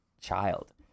child